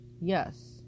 yes